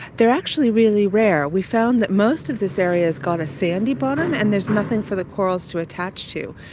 they are actually really rare. we found that most of this area has got a sandy bottom and there's nothing for the corals to attach to.